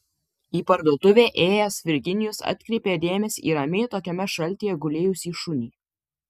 į parduotuvę ėjęs virginijus atkreipė dėmesį į ramiai tokiame šaltyje gulėjusį šunį